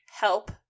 help